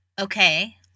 okay